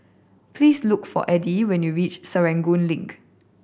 please look for Eddy when you reach Serangoon Link